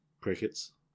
crickets